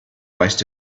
waste